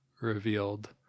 revealed